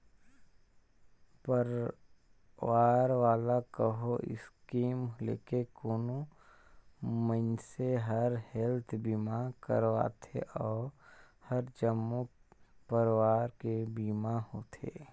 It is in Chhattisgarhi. परवार वाला कहो स्कीम लेके कोनो मइनसे हर हेल्थ बीमा करवाथें ओ हर जम्मो परवार के बीमा होथे